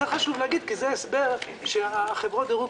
את זה חשוב להגיד כי זה הסבר שחברות הדירוג